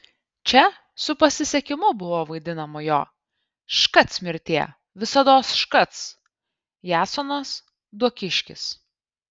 čia su pasisekimu buvo vaidinama jo škac mirtie visados škac jasonas duokiškis